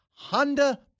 Honda